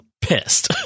pissed